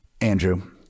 Andrew